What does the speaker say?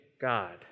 God